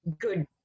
good